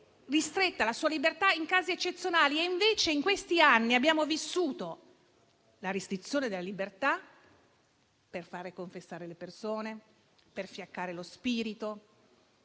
ristretta solo in casi eccezionali. E invece in questi anni abbiamo vissuto la restrizione della libertà come mezzo per fare confessare le persone, per fiaccare lo spirito,